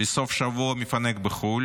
לסוף שבוע מפנק בחו"ל,